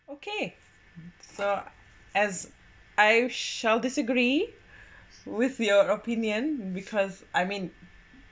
okay so as I shall disagree with your opinion because I mean